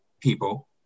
people